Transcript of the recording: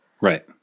right